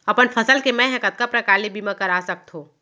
अपन फसल के मै ह कतका प्रकार ले बीमा करा सकथो?